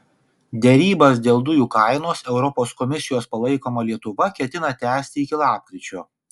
derybas dėl dujų kainos europos komisijos palaikoma lietuva ketina tęsti iki lapkričio